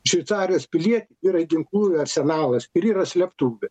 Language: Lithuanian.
šveicarijos pilietį yra ginklų arsenalas ir yra slėptuvė